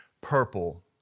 purple